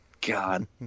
God